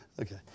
Okay